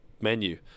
menu